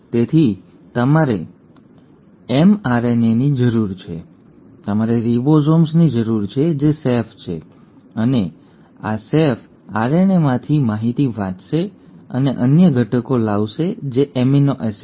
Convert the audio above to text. તેથી તમારે એમઆરએનએની જરૂર છે તમારે રિબોસોમ્સની જરૂર છે જે સેફ છે અને આ સેફઓ એમઆરએનએમાંની માહિતી વાંચશે અને અન્ય ઘટકો લાવશે જે એમિનો એસિડ છે